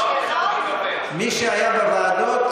מי שהיה בוועדות,